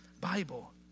Bible